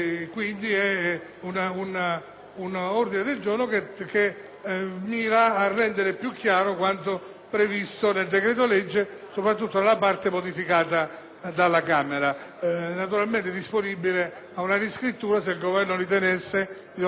con le Regioni e mira a rendere più chiaro quanto previsto nel decreto‑legge, soprattutto nella parte modificata dalla Camera. Naturalmente sono disponibile a una riscrittura se il Governo ritenesse di dover meglio precisare qualche passaggio.